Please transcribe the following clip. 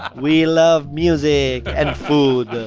we love music and food